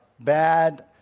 bad